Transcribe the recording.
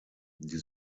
die